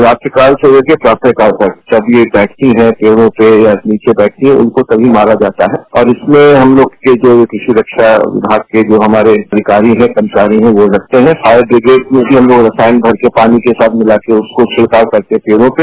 रात्रि काल से लेके प्रातः काल तक जब ये बैठती है पेड़ों पे या नीचे बैठती हैं उनको तभी मारा जाता है और इसमें हम लोग के कृषि रक्षा विभाग के हमारे जा अधिकारी है कर्मचारी हैं वे लगते हैं फायर ब्रिगेड में हम लोग रसायन भरने पानी के साथ मिलाकर उसका छिड़कात करते हैं पेड़ों पर